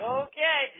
okay